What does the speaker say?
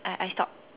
I I stop